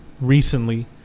recently